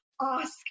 ask